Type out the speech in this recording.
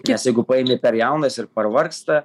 nes jeigu paimi per jauną jis ir pervargsta